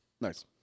Nice